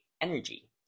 energy